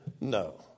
no